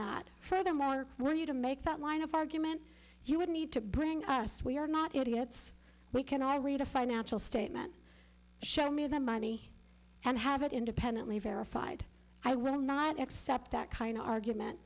that for them were you to make that line of argument you would need to bring us we are not idiots we can all read a financial statement show me the money and have it independently verified i will not accept that kind of argument